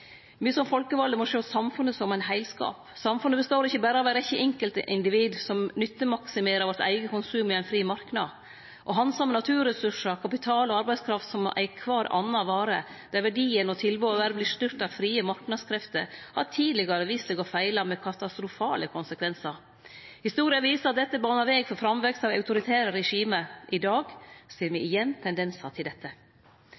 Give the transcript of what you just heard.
som folkevalde må sjå samfunnet som ein heilskap. Samfunnet består ikkje berre av ei rekkje enkeltindivid som nyttemaksimerer sitt eige konsum i ein fri marknad. Å handsame naturressursar, kapital og arbeidskraft som alle andre varer, der verdien og tilbodet berre vert styrte av frie marknadskrefter, har tidlegare vist seg å vere feil, med katastrofale konsekvensar. Historia viser at dette banar vegen for framvekst av autoritære regime. I dag ser me